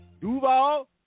Duval